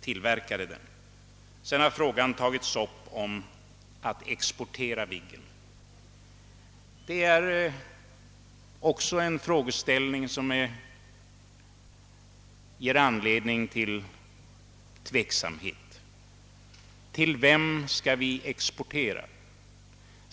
tillverkade detta plan. Vidare har frågan om att exportera Viggen tagits upp. Det är också en fråga som ger anledning till tveksamhet. Till vem skall vi exportera?